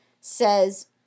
says